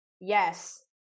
Yes